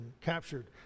captured